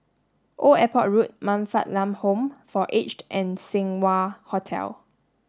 Old Airport Road Man Fatt Lam Home for Aged and Seng Wah Hotel